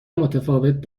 متفاوت